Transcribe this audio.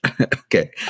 Okay